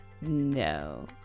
no